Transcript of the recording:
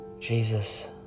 Jesus